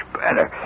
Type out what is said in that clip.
better